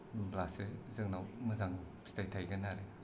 होमब्लासो जोंनाव मोजां फिथाय थायगोन आरो